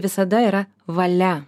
visada yra valia